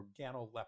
organoleptic